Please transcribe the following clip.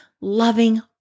loving